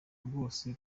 rwose